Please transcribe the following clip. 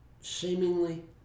seemingly